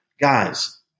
Guys